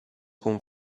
con